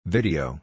Video